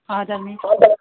हजुर मिस हो त